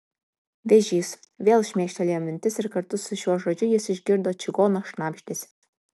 vėžys vėl šmėkštelėjo mintis ir kartu su šiuo žodžiu jis išgirdo čigono šnabždesį